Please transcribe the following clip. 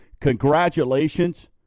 Congratulations